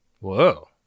Whoa